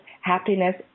happiness